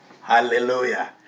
Hallelujah